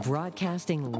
Broadcasting